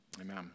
Amen